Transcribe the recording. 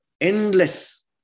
endless